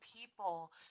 people